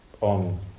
on